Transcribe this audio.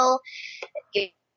Okay